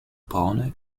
braune